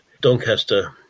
Doncaster